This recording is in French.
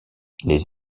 les